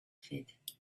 feet